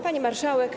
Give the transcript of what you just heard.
Pani Marszałek!